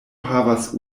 havas